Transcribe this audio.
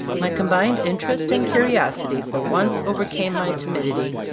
my combined in terest and curiosity for once over came my timidity,